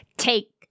Take